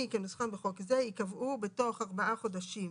כנוסחו בחוק זה ייקבעו בתוך ארבעה חודשים